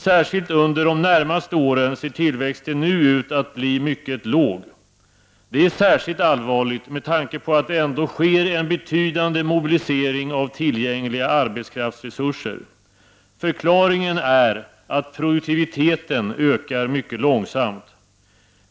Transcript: Särskilt under de närmaste åren ser tillväxten ut att bli mycket låg. Detta är särskilt allvarligt med tanke på att det ändå sker en betydande mobilisering av tillgängliga arbetskraftsresurser. Förklaringen är att produktiviteten ökar mycket långsamt.